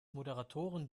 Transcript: moderatoren